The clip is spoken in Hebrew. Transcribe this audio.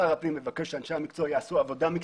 שר הפנים מבקש שאנשי המקצוע יעשו עבודה מקצועית,